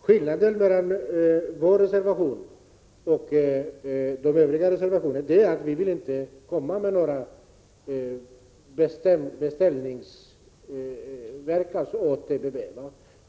Skillnaden mellan vår reservation och övriga är att vi inte vill